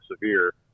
severe